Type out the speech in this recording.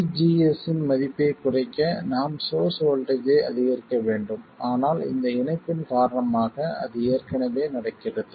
VGS இன் மதிப்பைக் குறைக்க நாம் சோர்ஸ் வோல்ட்டேஜ் ஐ அதிகரிக்க வேண்டும் ஆனால் இந்த இணைப்பின் காரணமாக அது ஏற்கனவே நடக்கிறது